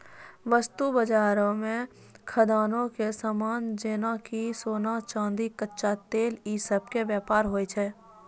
वस्तु बजारो मे खदानो के समान जेना कि सोना, चांदी, कच्चा तेल इ सभ के व्यापार होय छै